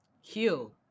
heal